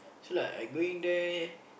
so I I going there